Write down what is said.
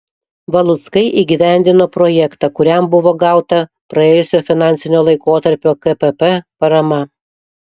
valuckai įgyvendino projektą kuriam buvo gauta praėjusio finansinio laikotarpio kpp parama